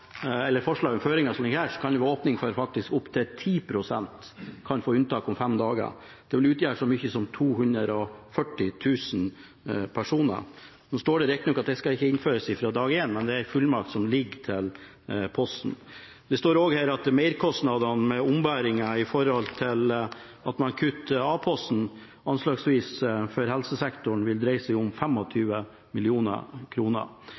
som ligger her, kan det bli åpning for at faktisk opptil 10 pst. kan få unntak fra fem dager. Det vil utgjøre så mye som 240 000 personer. Nå står det riktignok at det ikke skal innføres fra dag én, men det er en fullmakt som ligger til Posten. Det står også at merkostnadene for ombæring med hensyn til at man kutter ut A-posten, for helsesektoren anslagsvis vil dreie seg om